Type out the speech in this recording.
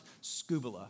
scuba